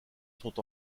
sont